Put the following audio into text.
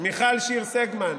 מיכל שיר סגמן,